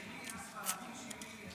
תגיד: התימני שלי, הספרדי שלי.